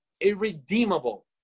irredeemable